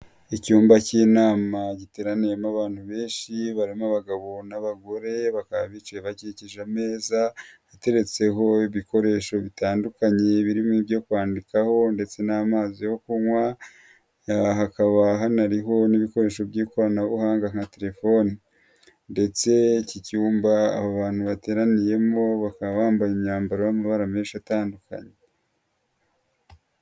Icyumba cy'inama giteraniyemo abantu benshi barimo abagabo n'abagore bakaba bicaye bakikije ameza ateretseho ibikoresho bitandukanye birimo ibyo kwandikaho ndetse n'amazi yo kunywa, hakaba hanariho n'ibikoresho by'ikoranabuhanga nka telefoni ndetse iki cyumba aba bantu bateraniyemo bakaba bambaye imyambaro y'amabara menshi atandukanye.